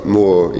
more